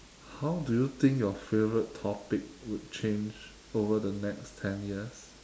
how do you think your favourite topic would change over the next ten years